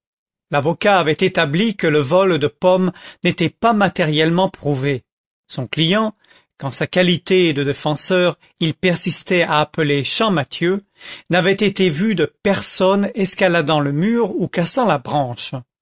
l'avocat avait établi que le vol de pommes n'était pas matériellement prouvé son client qu'en sa qualité de défenseur il persistait à appeler champmathieu n'avait été vu de personne escaladant le mur ou cassant la branche